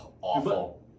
awful